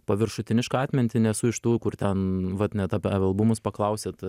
paviršutinišką atmintį nesu iš tų kur ten vat net apie albumus paklausėt